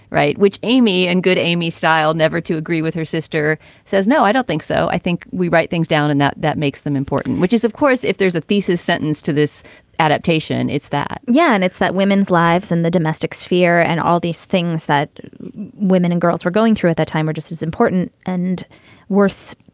right. which amy and good amy style never to agree with. her sister says no, i don't think so. i think we write things down in that that makes them important, which is, of course, if there's a thesis sentence to this adaptation, it's that yeah, it's that women's lives in the domestic sphere and all these things that women and girls were going through at that time are just as important and worth.